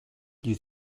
you